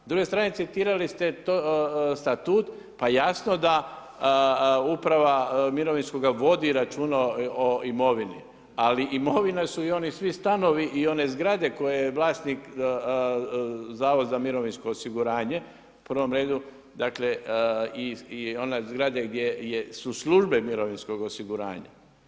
S druge strane, citirali ste statut pa jasno da uprava mirovinskoga vodi računa o imovini, ali imovina su i oni svi stanovi i one zgrade koje je vlasnik Zavod za mirovinsko osiguranje u prvom redu, dakle i one zgrade gdje su službe mirovinskog osiguranja.